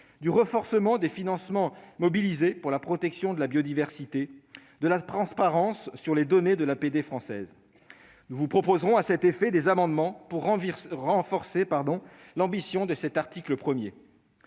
du renforcement des financements mobilisés pour la protection de la biodiversité ; enfin, de la transparence sur les données de l'APD française. Nous vous proposerons à cet effet des amendements visant à renforcer l'ambition de cet article 1.